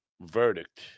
Verdict